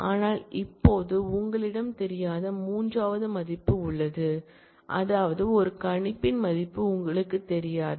ஆனால் இப்போது உங்களிடம் தெரியாத மூன்றாவது மதிப்பு உள்ளது அதாவது ஒரு கணிப்பின் மதிப்பு உங்களுக்குத் தெரியாது